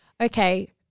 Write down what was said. okay